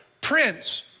Prince